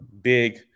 big